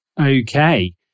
Okay